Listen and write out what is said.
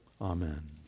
Amen